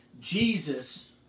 Jesus